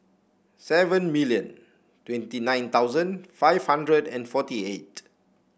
seven million twenty nine thousand five hundred and forty eight